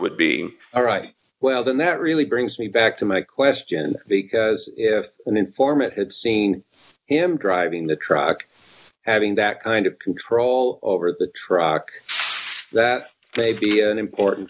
would be all right well then that really brings me back to my question because if d an informant had seen him driving the truck having that kind of control over the truck that may be an important